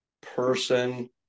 person